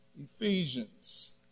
Ephesians